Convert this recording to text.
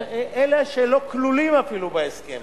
אלה שלא כלולים אפילו בהסכם.